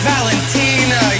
Valentina